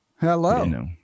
Hello